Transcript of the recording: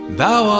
thou